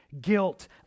guilt